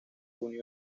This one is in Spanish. junio